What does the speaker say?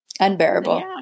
unbearable